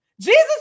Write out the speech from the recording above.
Jesus